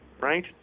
Right